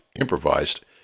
improvised